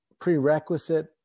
prerequisite